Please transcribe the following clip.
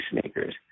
sneakers